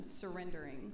surrendering